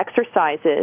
exercises